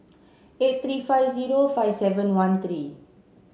eight three five zero five seven one three